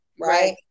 right